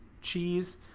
cheese